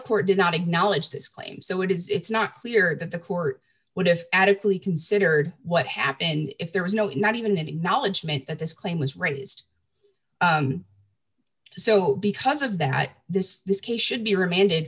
court did not acknowledge his claim so it's not clear that the court would if adequately considered what happened if there was no not even an acknowledgement that this claim was raised so because of that this this case should be remanded